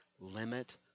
limit